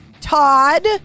Todd